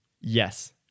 Yes